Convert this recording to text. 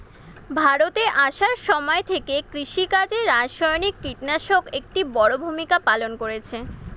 ভারতে আসার সময় থেকে কৃষিকাজে রাসায়নিক কিটনাশক একটি বড়ো ভূমিকা পালন করেছে